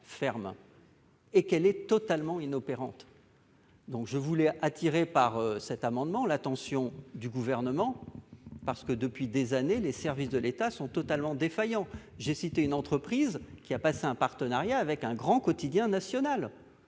ferme, mais totalement inopérante. Je voulais, grâce à cet amendement, attirer l'attention du Gouvernement sur ce problème. Depuis des années, les services de l'État sont totalement défaillants. J'ai cité une entreprise qui a passé un partenariat avec un grand quotidien national